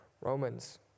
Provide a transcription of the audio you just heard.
Romans